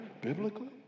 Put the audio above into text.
biblically